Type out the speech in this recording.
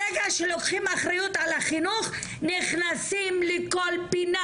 ברגע שלוקחים אחריות על החינוך נכנסים לכל פינה